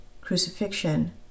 crucifixion